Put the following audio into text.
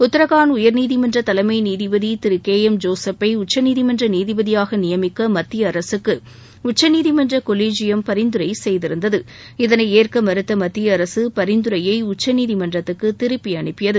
உத்தரகாண்ட் உயர் நீதிமன்ற தலைமை நீதிபதி திரு கே எம் ஜோசுப்பை உச்சநீதிமன்ற நீதிபதியாக நியமிக்க மத்திய அரசுக்கு உச்ச நீதிமன்ற கொலிஜியம் பரிந்துரை செய்திருந்தது இதனை ஏற்க மறுத்த மத்திய அரசு பரிந்துரையை உச்சநீதிமன்றத்துக்கு திருப்பி அனுப்பியது